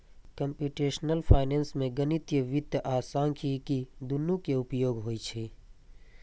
computational finance मे गणितीय वित्त आ सांख्यिकी, दुनू के उपयोग होइ छै